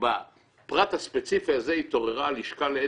שבפרט הספציפי הזה התעוררה הלשכה לאתיקה,